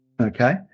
okay